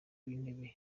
w’intebe